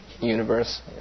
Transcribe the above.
universe